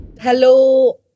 hello